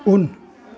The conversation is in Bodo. उन